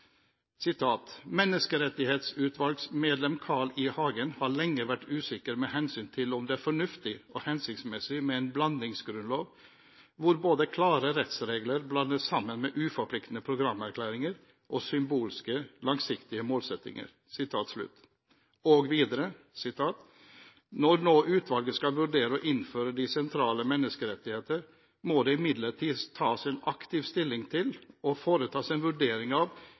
Carl I. Hagen har lenge vært usikker med hensyn til om det er fornuftig og hensiktsmessig med en blandingsgrunnlov hvor både klare rettsregler blandes sammen med uforpliktende programerklæringer og symbolske langsiktige målsetninger.» Og videre: «Når nå utvalget skal vurdere å innføre de sentrale menneskerettigheter må imidlertid det tas en aktiv stilling til og foretas en vurdering av